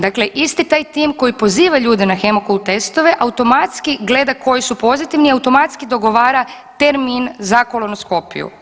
Dakle, isti taj tim koji poziva ljude na hemokult testove automatski gleda koji su pozitivni i automatski dogovara termin za kolanoskopiju.